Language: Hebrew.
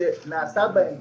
שנעשה בו תיקון.